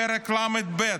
פרק ל"ב,